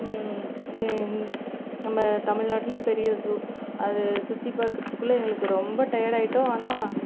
நம்ப தமிழ்நாட்டில் பெரிய ஜூ அதை சுற்றி பார்க்குறதுக்குள்ள எங்களுக்கு ரொம்ப டையடாகிட்டோம் ஆனால்